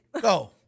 Go